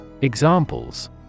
Examples